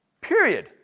period